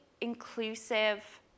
inclusive